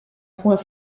point